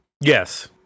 Yes